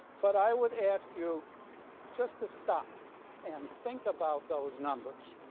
but i would ask you just to stop and think about those numbers.